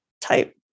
type